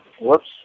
Whoops